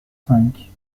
cinq